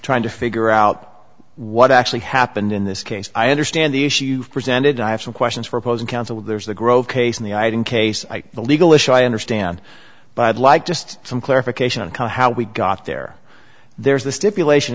trying to figure out what actually happened in this case i understand the issue presented i have some questions for opposing counsel there's the gro case in the itin case i the legal issue i understand but like just some clarification on call how we got there there is the stipulation